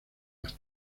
más